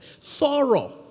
Thorough